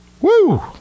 Woo